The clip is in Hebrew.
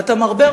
ואתה מרבה,